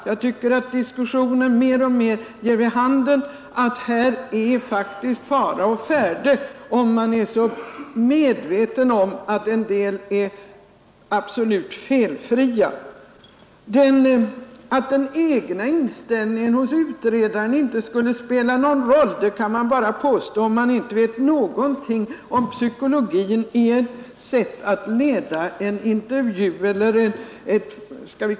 Jag tycker att diskussionen mer och mer ger vid handen att här är faktiskt fara å färde, om man är så övertygad om att en del är absolut felfria. Att den egna inställningen hos utredaren inte skulle spela någon roll kan man bara påstå om man inte vet något om psykologin i sättet att leda en intervju eller ett förhör.